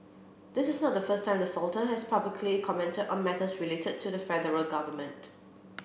this is not the first time the sultan has publicly commented on matters related to the federal government